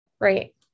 Right